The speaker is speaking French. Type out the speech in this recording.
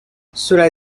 cela